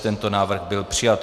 Tento návrh byl přijat.